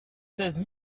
seize